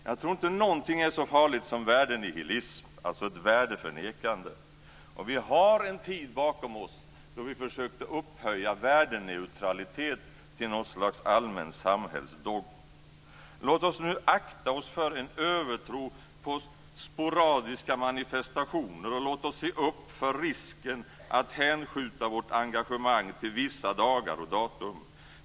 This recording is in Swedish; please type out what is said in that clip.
Jag tror inte någonting är så farligt som värdenihilism, dvs. ett värdeförnekande, och vi har en tid bakom oss då vi försökte upphöja värdeneutralitet till något slags allmän samhällsdogm. Låt oss nu akta oss för en övertro på sporadiska manifestationer, och låt oss se upp för risken att hänskjuta vårt engagemang till vissa dagar och datum.